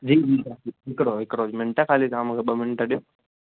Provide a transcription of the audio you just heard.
जी जी हिकिड़ो हिकिड़ो मिन्ट ख़ाली तव्हां मूंखे ॿ मिन्ट ॾियो